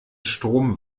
strom